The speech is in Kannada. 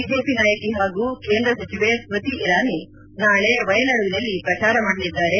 ಬಿಜೆಪಿ ನಾಯಕಿ ಹಾಗೂ ಕೇಂದ್ರ ಸಚಿವೆ ಸ್ಮತಿ ಇರಾನಿ ನಾಳೆ ವಯನಾಡುವಿನಲ್ಲಿ ಪ್ರಚಾರ ಮಾಡಲಿದ್ದಾರೆ